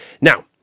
Now